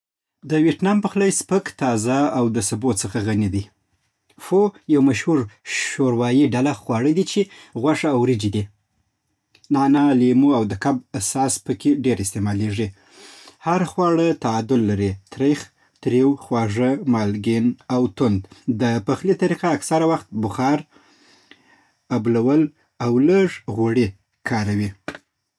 د ویتنام پخلی سپک، تازه او د سبو څخه غني دی. فو یو مشهور شوروايي ډوله خواړه دي چې غوښه او وریجې لري. نعنا، لیمو، او د کب ساس په کې ډېر استعمالېږي. هر خواړه تعادل لري: ترخ، تریو، خواږه، مالګین او تند دی. د پخلي طریقه اکثر وخت بخار، ابلول او لږ غوړي کاروي.